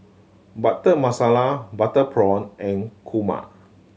Butter Masala butter prawn and kurma